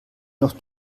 noch